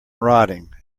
rotting